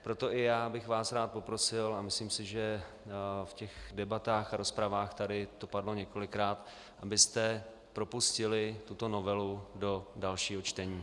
Proto i já bych vás rád poprosil, a myslím si, že v debatách a rozpravách to tady padlo několikrát, abyste propustili tuto novelu do dalšího čtení.